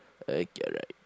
okay alright